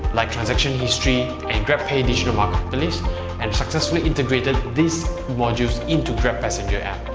like transaction history and grabpay digital marketplace and successfully integrated these modules into grab passenger app.